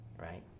right